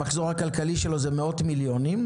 המחזור הכלכלי שלו זה מאות מיליונים,